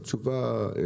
התשובה: